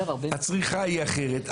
הצריכה היא אחרת,